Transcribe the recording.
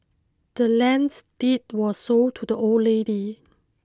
the land's deed was sold to the old lady